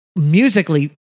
musically